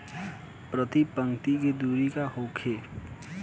प्रति पंक्ति के दूरी का होखे?